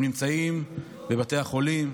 הם נמצאים בבתי החולים,